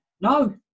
No